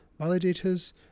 validators